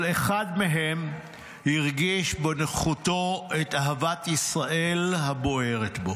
כל אחד מהם הרגיש בנוכחותו את אהבת ישראל הבוערת בו.